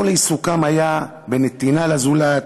כל עיסוקם היה בנתינה לזולת,